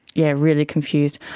yeah, really confused.